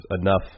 enough